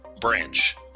Branch